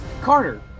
Carter